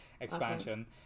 expansion